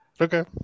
Okay